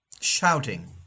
Shouting